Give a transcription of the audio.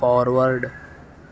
forward